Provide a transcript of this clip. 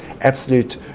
absolute